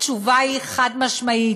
התשובה היא חד-משמעית: